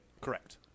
Correct